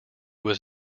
was